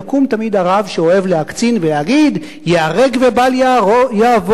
יקום תמיד הרב שאוהב להקצין ויגיד: ייהרג ובל יעבור,